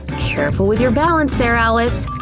careful with your balance there, alice.